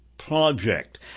Project